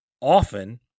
often